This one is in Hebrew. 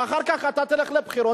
ואחר כך אתה תלך לבחירות,